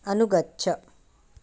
अनुगच्छ